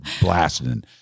blasting